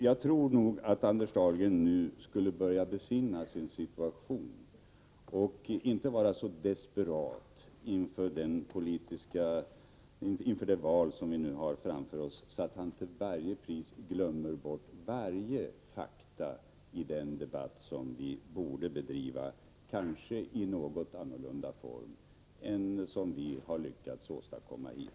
Jag tycker därför att Anders Dahlgren bör besinna sin situation och inte vara så desperat inför det val som vi har framför oss att han till varje pris bortser från alla fakta i den debatt som vi borde bedriva i något annorlunda former än vi hittills gjort.